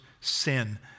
sin